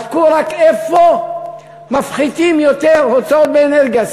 בדקו רק איפה מפחיתים יותר הוצאות באנרגיה.